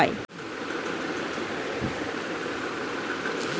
আজকাল তাড়াতাড়ি এবং যেখান থেকে খুশি লেনদেন করতে হলে ইলেক্ট্রনিক ট্রান্সফার করা হয়